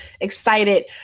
excited